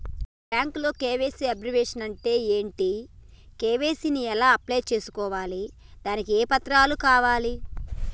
నాకు బ్యాంకులో KYC abbreviation అంటే ఏంటి కే.వై.సీ ని ఎలా అప్లై చేసుకోవాలి దానికి ఏ పత్రాలు కావాలి?